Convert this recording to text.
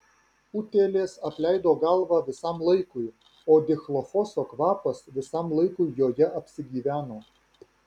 utėlės apleido galvą visam laikui o dichlofoso kvapas visam laikui joje apsigyveno